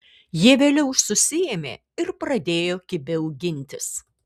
jie vėliau susiėmė ir pradėjo kibiau gintis